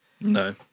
No